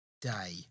Day